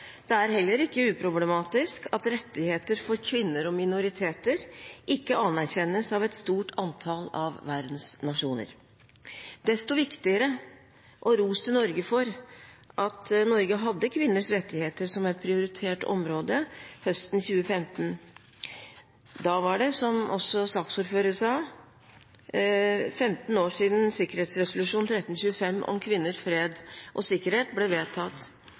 Det er heller ikke uproblematisk at rettigheter for kvinner og minoriteter ikke anerkjennes av et stort antall av verdens nasjoner. Desto viktigere – ros til Norge! – var det at Norge hadde kvinners rettigheter som et prioritert område høsten 2015. Da var det, som også saksordføreren sa, 15 år siden sikkerhetsresolusjon 1325 om kvinner, fred og sikkerhet ble vedtatt.